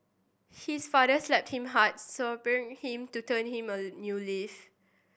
his father slapped him hard spurring him to turn him a new leaf